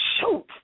shoot